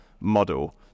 model